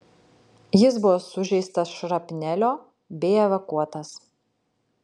jis buvo sužeistas šrapnelio bei evakuotas